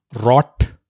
rot